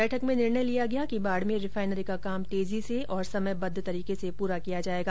बैठक में यह भी निर्णय किया गया कि बाड़मेर रिफाइनरी का काम तेजी से और समयबद्ध तरीके से पूरा किया जायेगा